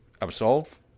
Absolve